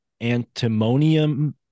antimonium